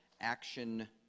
action